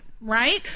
right